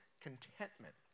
contentment